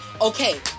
Okay